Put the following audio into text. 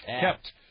kept